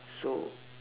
so